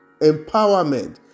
empowerment